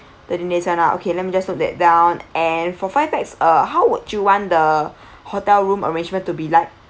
thirteen days [one] ah okay let me just note that down and for five pax uh how would you want the hotel room arrangement to be like